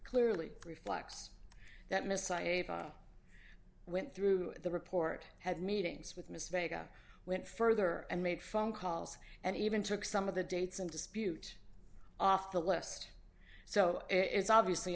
clearly reflects that messiah went through the report had meetings with mr vega went further and made phone calls and even took some of the dates and dispute off the list so it's obviously